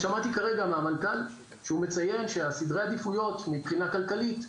שמעתי כרגע מהמנכ"ל שהוא מציין שסדרי העדיפויות מבחינה כלכלית,